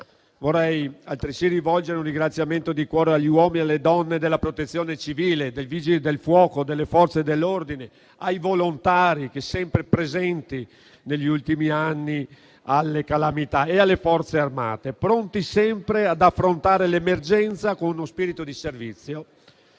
Vorrei altresì rivolgere un ringraziamento di cuore agli uomini e alle donne della Protezione civile, dei Vigili del fuoco, delle Forze dell'ordine, ai volontari, sempre presenti negli ultimi anni nei luoghi delle calamità, e alle Forze armate, pronti sempre ad affrontare l'emergenza con uno spirito di servizio,